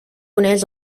uneix